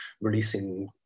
releasing